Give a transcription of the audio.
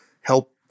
help